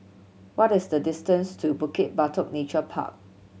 what is the distance to Bukit Batok Nature Park